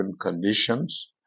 conditions